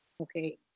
Okay